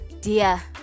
Dear